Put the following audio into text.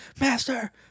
Master